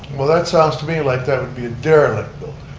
well that sounds to me like that would be a derelict